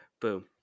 Boom